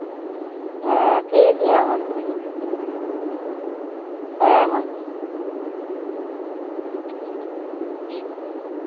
ᱦᱮᱸ ᱴᱷᱤᱠᱜᱮᱭᱟ ᱢᱟ ᱛᱚᱵᱮ ᱦᱮᱸ ᱢᱟ